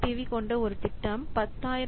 we கொண்ட ஒரு திட்டம் 10000 என்